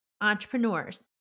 Entrepreneurs